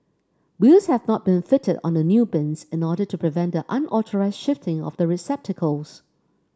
wheels have not been fitted on the new bins in order to prevent the unauthorised shifting of the receptacles